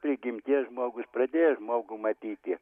prigimties žmogus pradėjo žmogų matyti